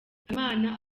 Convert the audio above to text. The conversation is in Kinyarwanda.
habimana